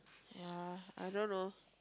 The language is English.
yea I don't know